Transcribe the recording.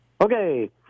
Okay